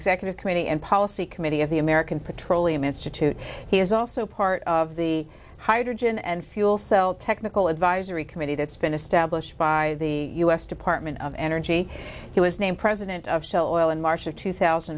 committee and policy committee of the american petroleum institute he is also part of the hydrogen and fuel cell technical advisory committee that's been established by the u s department of energy he was named president of shell oil in march of two thousand